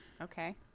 okay